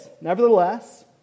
Nevertheless